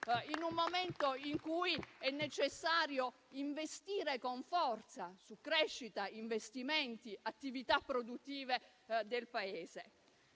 È un momento in cui è necessario investire con forza su crescita, investimenti e attività produttive del Paese.